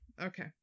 Okay